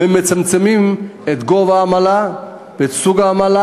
והן מצמצמות את גובה העמלה ואת סוגי העמלה,